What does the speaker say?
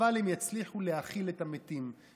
אבל הם יצליחו להכיל את המתים,